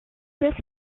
crisp